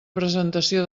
presentació